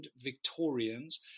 Victorians